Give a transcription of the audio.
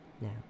now